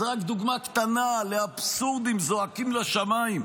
זו רק דוגמה קטנה לאבסורדים זועקים לשמיים,